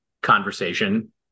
conversation